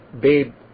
babe